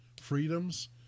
freedoms